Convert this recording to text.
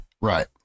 Right